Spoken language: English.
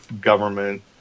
government